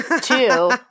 Two